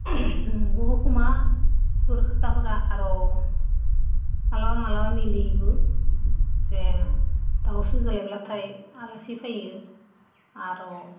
नंगौबो खोमा बेफोर खोथाफोरा आरो माब्लाबा माब्लाबा मिलायोबो जे दाउ सौज्लायब्लाथाय आलासि फैयो आरो